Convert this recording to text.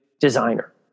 designer